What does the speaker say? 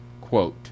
quote